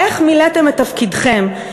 איך מילאתם את תפקידכם,